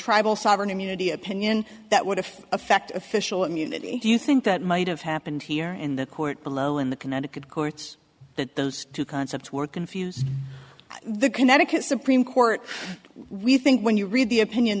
tribal sovereign immunity opinion that would have effect official immunity do you think that might have happened here in the court below in the connecticut courts that those two concepts were confuse the connecticut supreme court we think when you read the opinion